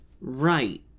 Right